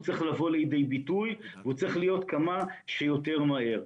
הוא צריך לבוא לידי ביטוי ולקרות כמה שיותר מהר.